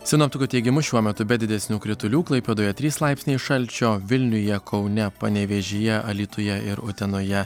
sinoptikų teigimu šiuo metu be didesnių kritulių klaipėdoje trys laipsniai šalčio vilniuje kaune panevėžyje alytuje ir utenoje